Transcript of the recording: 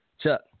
Chuck